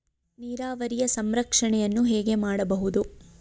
ನೀರಾವರಿಯ ಸಂರಕ್ಷಣೆಯನ್ನು ಹೇಗೆ ಮಾಡಬಹುದು?